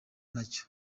nacyo